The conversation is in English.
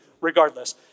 regardless